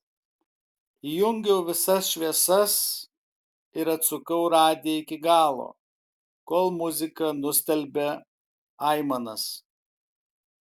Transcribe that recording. įjungiau visas šviesas ir atsukau radiją iki galo kol muzika nustelbė aimanas